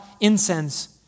incense